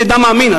אני אדם מאמין.